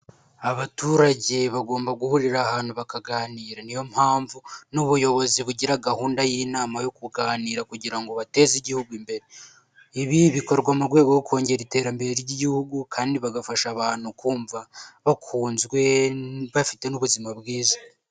Abaturage bagomba guhurira ahantu bakaganira niyo mpamvu n'ubuyobozi bugira gahunda y'inama yo kuganira kugira ngo bateze igihugu imbere, ibi bikorwa mu rwego rwo kongera iterambere ry'igihugu kandi bagafasha abantu kumva bakunzwe bafite n'ubuzima bwiza.